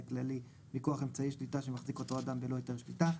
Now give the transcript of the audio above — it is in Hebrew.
כללי מכוח אמצעי שליטה שמחזיק אותו האדם ולו אמצעי שליטה.